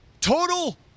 total